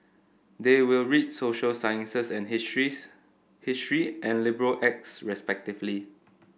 they will read social sciences and histories history and liberal acts respectively